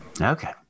Okay